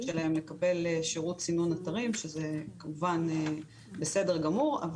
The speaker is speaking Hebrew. שלהם לקבל שירות סינון אתרים שזה כמובן בסדר גמור,